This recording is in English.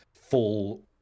full